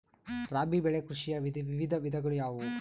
ರಾಬಿ ಬೆಳೆ ಕೃಷಿಯ ವಿವಿಧ ವಿಧಗಳು ಯಾವುವು?